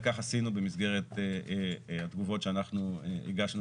וכך עשינו במסגרת התגובות שאנחנו הגשנו